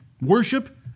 worship